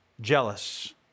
jealous